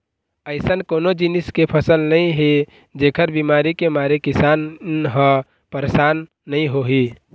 अइसन कोनो जिनिस के फसल नइ हे जेखर बिमारी के मारे किसान ह परसान नइ होही